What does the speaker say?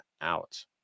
out